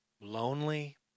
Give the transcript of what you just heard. lonely